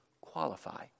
qualify